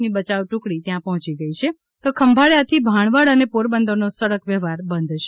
ની બચાવ ટુકડી ત્યાં પહોચી ગઈ છે તો ખંભાળિયા થી ભાણવડ અને પોરબંદર નો સડક વ્યવહાર બંધ છે